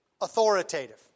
authoritative